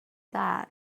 that